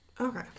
Okay